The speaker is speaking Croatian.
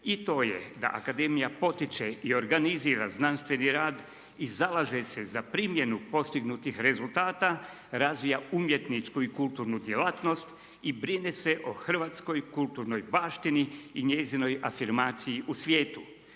i to je da Akademija potiče i organizira znanstveni rad i zalaže se za primjenu postignutih rezultata, razvija umjetničku i kulturnu djelatnost i brine se o hrvatskoj kulturnoj baštini i njezinoj afirmaciji u svijetu,